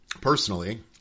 personally